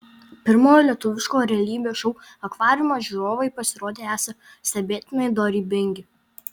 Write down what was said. pirmojo lietuviško realybės šou akvariumas žiūrovai pasirodė esą stebėtinai dorybingi